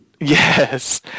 Yes